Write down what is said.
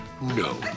No